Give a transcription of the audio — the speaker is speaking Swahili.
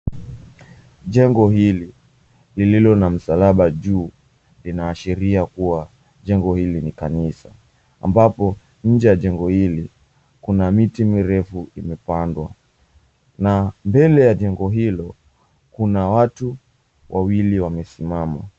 Jengo hili lililo na msalaba juu lina ashiria kuna jengo hili ni kanisa ambapo nje ya jengo hili kuna miti mirefu imepandwa na mbele ya jengo hilo kuna watu wawili wamesimama.